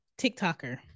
TikToker